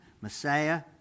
Messiah